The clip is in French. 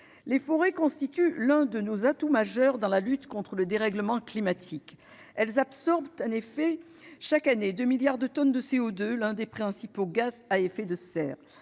Les forêts constituent l'un de nos atouts majeurs dans la lutte contre le dérèglement climatique. Elles absorbent en effet chaque année 2 milliards de tonnes de CO2, l'un des principaux gaz à effet de serre.